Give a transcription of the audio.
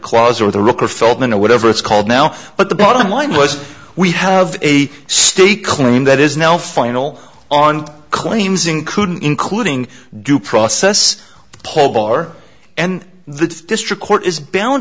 clause or the rock or feldman or whatever it's called now but the bottom line was we have a stake claim that is now final on claims including including due process paul bar and the district court is bound